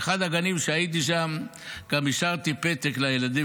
באחד הגנים שהייתי שם גם השארתי פתק לילדים,